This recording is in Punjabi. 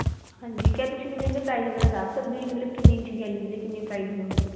ਹਾਂਜੀ ਕਿਆ ਤੁਸੀਂ ਮੈਨੂੰ ਇਹਨਾਂ ਦੇ ਪ੍ਰਾਈਜ਼ ਵਗੈਰਾ ਦੱਸ ਸਕਦੇ ਹੋ ਜੀ ਮਤਲਬ ਕਿੰਨੀ ਇੰਚ ਦੀ ਐੱਲ ਈ ਡੀ ਦੇ ਕਿੰਨੇ ਪ੍ਰਾਈਜ਼ ਹੋਣਗੇ